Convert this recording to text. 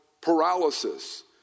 paralysis